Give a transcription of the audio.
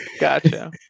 Gotcha